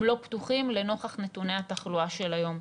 לא פתוחים לנוכח נתוני התחלואה של היום.